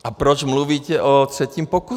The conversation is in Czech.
A proč mluvíte o třetím pokusu?